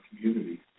community